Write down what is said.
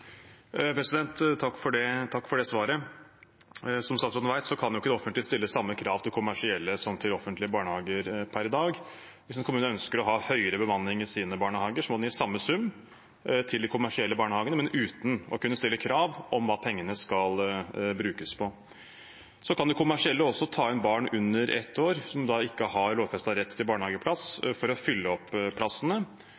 Takk for svaret. Som statsråden vet, kan ikke det offentlige stille samme krav til kommersielle barnehager som til offentlige barnehager per i dag. Hvis en kommune ønsker å ha høyere bemanning i sine barnehager, må den gi samme sum til de kommersielle barnehagene, men uten å kunne stille krav om hva pengene skal brukes på. Så kan de kommersielle også ta inn barn under ett år, som ikke har lovfestet rett til barnehageplass,